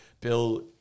bill